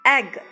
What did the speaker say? Egg